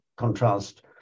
Contrast